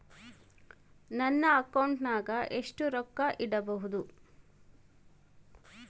ನನ್ನ ಅಕೌಂಟಿನಾಗ ಎಷ್ಟು ರೊಕ್ಕ ಇಡಬಹುದು?